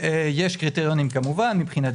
זה נקרא קליטה מרוכזת